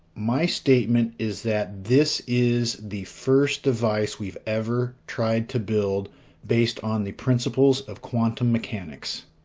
my statement is that this is the first device we've ever tried to build based on the principles of quantum mechanics.